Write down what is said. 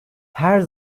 her